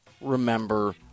remember